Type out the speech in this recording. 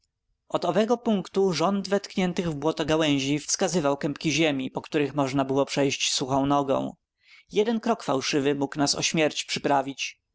owego punktu rząd wetkniętych w błoto gałęzi wskazywał kępki ziemi po których można było przejść suchą nogą jeden krok fałszywy mógł nas o śmierć przyprawić